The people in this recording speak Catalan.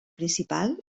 principal